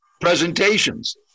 presentations